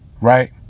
Right